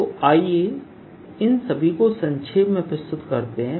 तो आइए इन सभी को संक्षेप में प्रस्तुत करते हैं